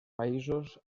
països